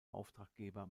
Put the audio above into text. auftraggeber